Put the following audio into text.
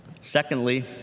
Secondly